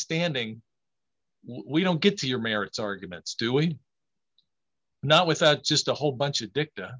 standing we don't get to your merits arguments do we not without just a whole bunch of dict